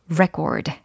record